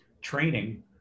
training